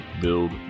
build